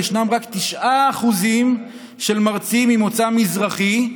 שבעשור האחרון הכפילו את עצמם במוסדות להשכלה גבוהה,